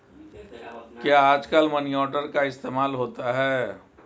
क्या आजकल money order का इस्तेमाल होता है?